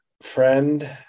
friend